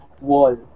wall